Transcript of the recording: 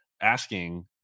asking